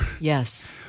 Yes